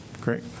great